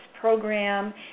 program